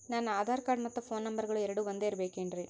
ನನ್ನ ಆಧಾರ್ ಕಾರ್ಡ್ ಮತ್ತ ಪೋನ್ ನಂಬರಗಳು ಎರಡು ಒಂದೆ ಇರಬೇಕಿನ್ರಿ?